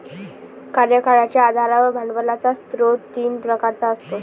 कार्यकाळाच्या आधारावर भांडवलाचा स्रोत तीन प्रकारचा असतो